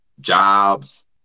jobs